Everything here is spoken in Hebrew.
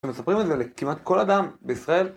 ומספרים את זה לכמעט כל אדם בישראל.